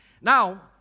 Now